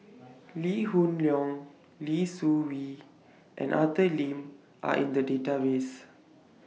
Lee Hoon Leong Lee Seng Wee and Arthur Lim Are in The Database